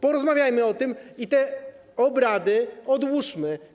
Porozmawiajmy o tym i te obrady odłóżmy.